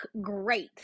great